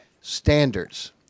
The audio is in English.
standards